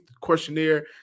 questionnaire